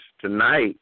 tonight